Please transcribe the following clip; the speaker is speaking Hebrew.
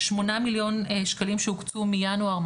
שמונה מיליון שקלים שהוקצו מינואר,